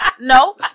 No